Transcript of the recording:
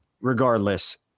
Regardless